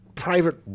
Private